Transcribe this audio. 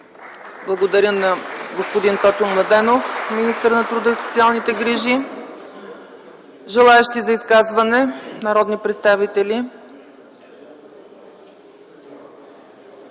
Благодаря на господин Тотю Младенов – министър на труда и социалната политика. Желаещи за изказване народни представители?